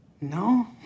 No